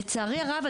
לצערי הרב,